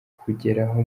kugeraho